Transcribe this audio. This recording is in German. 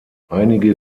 einige